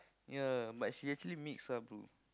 ya but she actually mix ah bro